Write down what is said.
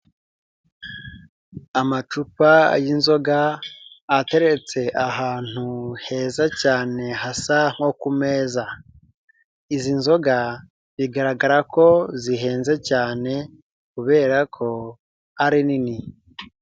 Amacupa y'inzoga ateretse ahantu heza cyane hasa nko ku meza, izi nzoga bigaragara ko zihenze cyane kubera ko ari nini.